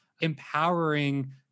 empowering